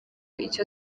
icyo